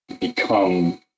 become